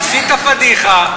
עשית פאדיחה,